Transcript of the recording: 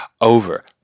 over